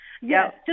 yes